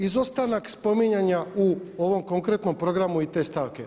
Izostanak spominjanja u ovom konkretnom programu i te stavke.